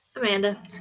Amanda